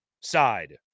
side